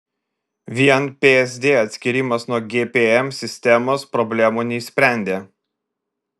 vien psd atskyrimas nuo gpm sistemos problemų neišsprendė